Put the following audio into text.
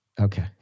Okay